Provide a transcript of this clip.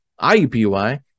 IUPUI